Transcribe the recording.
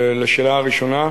לשאלה הראשונה,